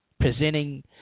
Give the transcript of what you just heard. presenting